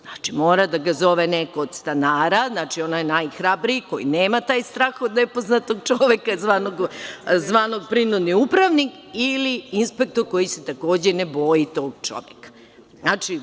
Znači, mora da ga pozove neko od stanara, znači onaj najhrabriji, koji nema taj strah od nepoznatog čoveka, zvanog prinudni upravnik ili inspektor, koji se takođe ne boji tog čoveka.